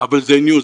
שזה מזמן קרה,